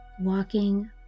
Walking